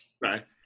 right